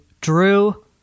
drew